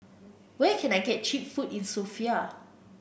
where can I get cheap food in Sofia